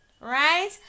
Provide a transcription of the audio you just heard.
right